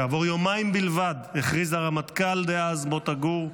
כעבור יומיים בלבד הכריז הרמטכ"ל דאז מוטה גור: